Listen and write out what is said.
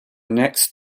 next